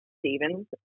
Stevens